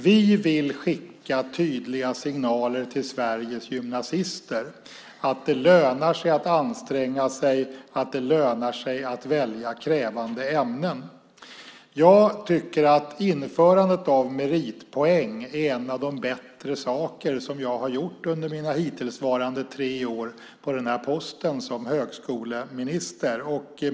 Vi vill skicka tydliga signaler till Sveriges gymnasister att det lönar sig att anstränga sig och att det lönar sig att välja krävande ämnen. Jag tycker att införandet av meritpoäng är en av de bättre saker som jag har gjort under mina hittillsvarande tre år på den här posten som högskoleminister.